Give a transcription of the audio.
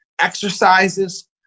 exercises